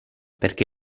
perché